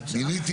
יש הרבה מאוד